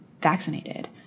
vaccinated